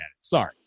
Sorry